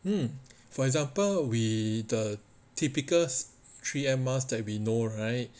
mm for example we the typical three M masks that we know right